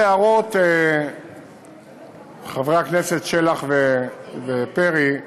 חברי הכנסת שלח ופרי,